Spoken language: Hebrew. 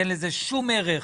אין שום ערך